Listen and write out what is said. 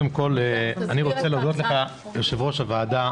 יושב-ראש הוועדה,